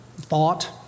thought